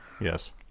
Yes